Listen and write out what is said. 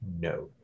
no